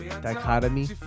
Dichotomy